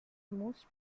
most